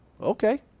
Okay